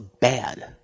bad